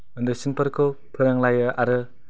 उन्दैसिनफोरखौ फोरोंलायो आरो